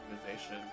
organization